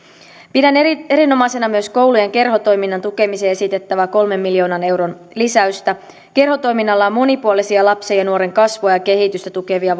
pidän erinomaisena myös koulujen kerhotoiminnan tukemiseen esitettävää kolmen miljoonan euron lisäystä kerhotoiminnalla on monipuolisia lapsen ja nuoren kasvua ja kehitystä tukevia